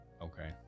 Okay